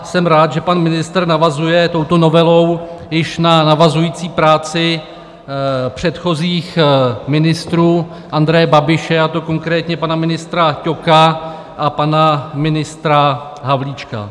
Jsem rád, že pan ministr navazuje touto novelou již na navazující práci předchozích ministrů Andreje Babiše, a to konkrétně pana ministra Ťoka a pana ministra Havlíčka.